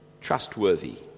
trustworthy